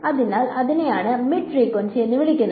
അതിനാൽ അതിനെയാണ് mid frequency എന്ന് വിളിക്കുന്നത്